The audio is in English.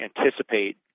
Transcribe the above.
anticipate